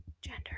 Gender